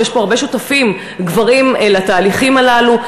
ויש פה הרבה שותפים גברים לתהליכים הללו,